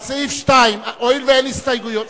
על סעיף 2, הואיל ואין הסתייגויות,